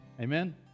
Amen